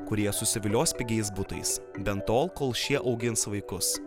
kurie susivilios pigiais butais bent tol kol šie augins vaikus